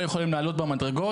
הם לא יכולים לעלות במדרגות.